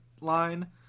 line